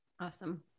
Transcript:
Awesome